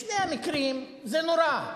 בשני המקרים זה נורא.